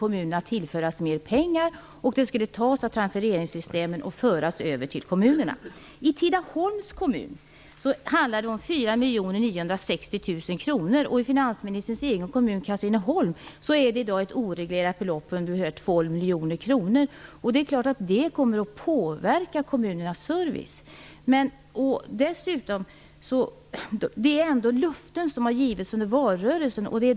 Kommunerna måste tillföras mer pengar. Dessa pengar skulle tas ur transfereringssystemen och föras över till kommunerna. kronor och i finansministerns hemkommun, Katrineholm, handlar det om ett oreglerat belopp på ca 12 miljoner kronor. Det är klart att detta kommer att påverka kommunernas service. Det rör sig ändå om löften som har givits under valrörelsen.